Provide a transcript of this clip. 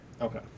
Okay